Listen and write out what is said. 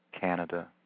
Canada